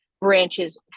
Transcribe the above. branches